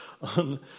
on